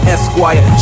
Esquire